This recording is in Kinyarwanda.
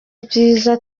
byiza